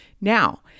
Now